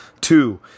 Two